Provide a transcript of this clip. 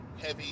heavy